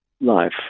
life